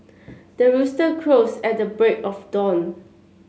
the rooster crows at the break of dawn